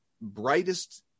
brightest